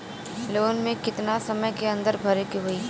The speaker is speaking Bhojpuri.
लोन के कितना समय के अंदर भरे के होई?